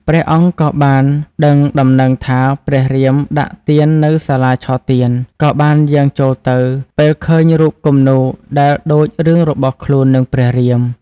ព្រះអង្គក៏បានដឹងដំណឹងថាព្រះរៀមដាក់ទាននៅសាលាឆទាន ក៏បានយាងចូលទៅ ពេលឃើញរូបគំនូរដែលដូចរឿងរបស់ខ្លួន និងព្រះរៀម។